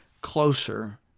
closer